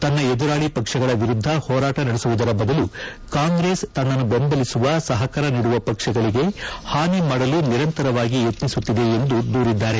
ತನ್ನ ಎದುರಾಳಿ ಪಕ್ಷಗಳ ವಿರುದ್ಧ ಹೋರಾಟ ನಡೆಸುವುದರ ಬದಲು ಕಾಂಗ್ರೆಸ್ ತನ್ನನ್ನು ಬೆಂಬಲಿಸುವ ಸಹಕಾರ ನೀಡುವ ಪಕ್ಷಗಳಿಗೆ ಹಾನಿಮಾಡಲು ನಿರಂತರವಾಗಿ ಯತ್ನಿಸುತ್ತಿದೆ ಎಂದು ದೂರಿದ್ದಾರೆ